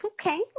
Okay